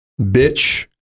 bitch